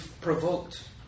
provoked